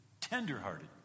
Tender-hearted